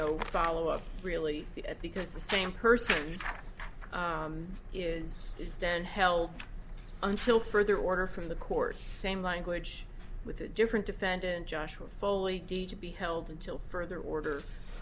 o follow up really because the same person is is then held until further order from the court same language with a different defendant joshua foley to be held until further order